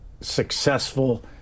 successful